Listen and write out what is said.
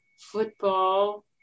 football